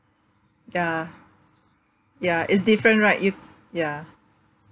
ya ya it's different right you ya